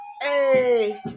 hey